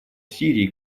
сирии